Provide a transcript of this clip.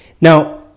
Now